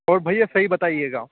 और भैया सही बताइएगा